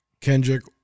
Kendrick